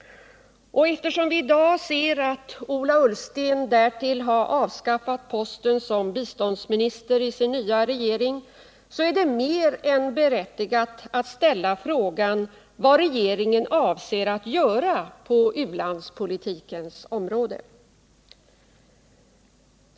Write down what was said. Eftersom vi i dag ser att Ola Ullsten därtill har avskaffat biståndsministerposten i sin nya regering, är det än mer berättigat att fråga vad regeringen avser att göra på u-landspolitikens område.